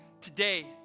today